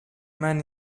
men